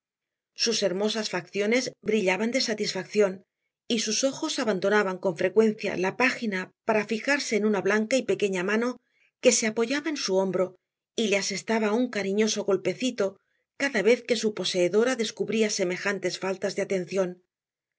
sus hermosas facciones brillaban de satisfacción y sus ojos abandonaban con frecuencia la página para fijarse en una blanca y pequeña mano que se apoyaba en su hombro y le asestaba un cariñoso golpecito cada vez que su poseedora descubría semejantes faltas de atención